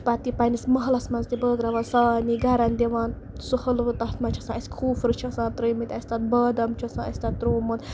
پَتہٕ یہِ پَنٕنِس محلَس منٛز تہِ بٲغراوان سارنی گرَن تہِ دِوان سُہ حٔلوٕ تَتھ منٛز چھُ آسان اَسہِ سُہ کھوٗپرٕ چھِ آسان ترٲیمٕتۍ تَتھ اَسہِ بادم چھُ آسان اَسہِ تَتھ تروومُت